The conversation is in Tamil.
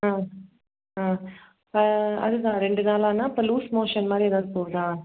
ஆ ஆ அது தான் ரெண்டு நாளான்னால் இப்போ லூஸ் மோஷன் மாதிரி ஏதாவது போகுதா